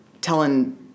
telling